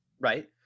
right